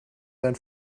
sein